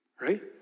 right